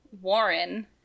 Warren-